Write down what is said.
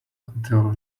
until